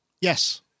Yes